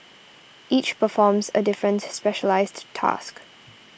each performs a different specialised task